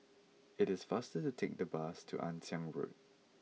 it is faster to take the bus to Ann Siang Road